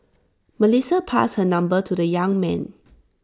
Melissa passed her number to the young man